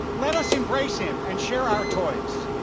let us embrace him and share our toys.